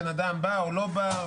בן אדם בא או לא בא,